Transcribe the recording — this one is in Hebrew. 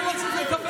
שמעת,